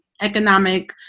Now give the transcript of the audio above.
economic